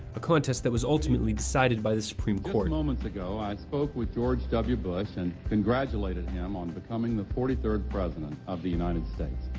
a contest that was ultimately decided by the supreme court. just moments ago i spoke with george w bush and congratulated him on becoming the forty third president of the united states.